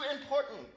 important